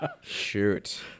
shoot